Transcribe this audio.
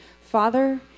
Father